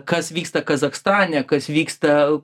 kas vyksta kazachstane kas vyksta